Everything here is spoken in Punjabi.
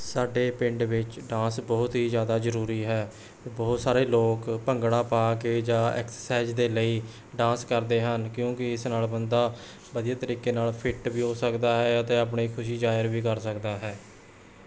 ਸਾਡੇ ਪਿੰਡ ਵਿੱਚ ਡਾਂਸ ਬਹੁਤ ਹੀ ਜ਼ਿਆਦਾ ਜ਼ਰੂਰੀ ਹੈ ਬਹੁਤ ਸਾਰੇ ਲੋਕ ਭੰਗੜਾ ਪਾ ਕੇ ਜਾਂ ਐਕਸਸਾਈਜ਼ ਦੇ ਲਈ ਡਾਂਸ ਕਰਦੇ ਹਨ ਕਿਉਂਕਿ ਇਸ ਨਾਲ ਬੰਦਾ ਵਧੀਆ ਤਰੀਕੇ ਨਾਲ ਫਿੱਟ ਵੀ ਹੋ ਸਕਦਾ ਹੈ ਅਤੇ ਆਪਣੀ ਖੁਸ਼ੀ ਜ਼ਾਹਿਰ ਵੀ ਕਰ ਸਕਦਾ ਹੈ